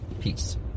Peace